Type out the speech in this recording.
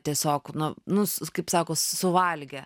tiesiog nu nu kaip sako suvalgė